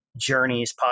Journeys